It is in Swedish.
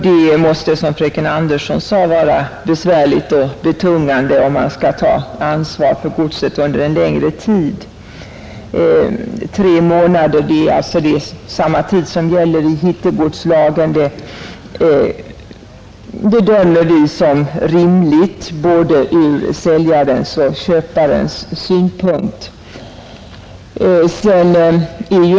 Det måste, som fröken Andersson i Lerum sade, vara besvärligt och betungande om han skall ta ansvar för godset under en längre tid. Tre månader, dvs. samma tid som gäller i hittegodslagen, bedömer vi som rimligt ur både säljarens och köparens synpunkt.